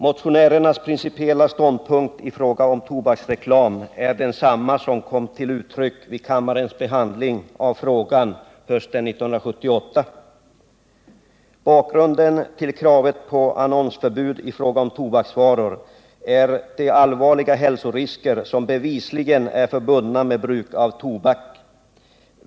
Motionärernas principiella ståndpunkt i fråga om tobaksreklam är densamma som kom till uttryck vid kammarens behandling av frågan hösten 1978. Bakgrunden till kravet på annonsförbud i fråga om tobaksvaror är de allvarliga hälsorisker som bevisligen är förbundna med bruk av tobak.